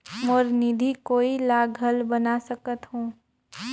मोर निधि कोई ला घल बना सकत हो?